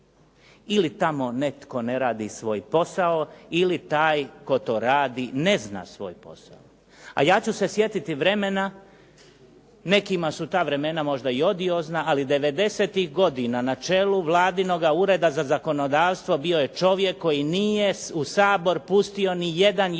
Ili tamo netko ne radi svoj posao ili taj tko to radi ne zna svoj posao a ja ću se sjetiti vremena. Nekima su ta vremena možda i odiozna ali devedesetih godina na čelu Vladinoga Ureda za zakonodavstvo bio je čovjek koji nije u Sabor pustio nijedan jedini